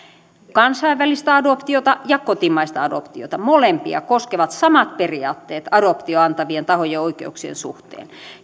kansainvälistä adoptiota ja kotimaista adoptiota molempia koskevat samat periaatteet adoptioon antavien tahojen oikeuksien suhteen